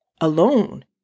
alone